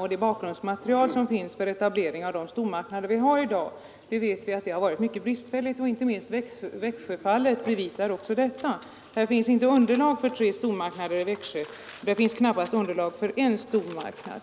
och det bakgrundsmaterial som finns för etableringen av de stormarknader som vi har i dag har varit mycket bristfälligt. Inte minst Växjöfallet bevisar detta. Det finns inte underlag för tre stormarknader i Växjö, knappast ens för en stormarknad.